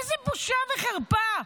איזו בושה וחרפה.